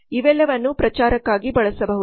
ಇವೆಲ್ಲವನ್ನೂ ಪ್ರಚಾರಕ್ಕಾಗಿ ಬಳಸಬಹುದು